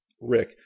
Rick